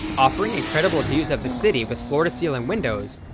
offering incredible views of the city with floor-to-ceiling windows,